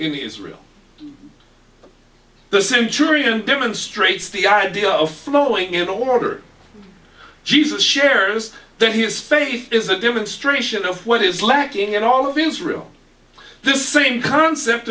in israel the same tree and demonstrates the idea of flowing in order jesus shares then his faith is a demonstration of what is lacking in all of israel this same concept